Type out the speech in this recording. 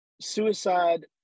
suicide